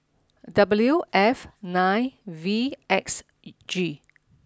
W F nine V X E G